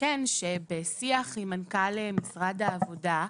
לעדכן שבשיח עם מנכ"ל משרד העבודה,